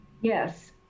Yes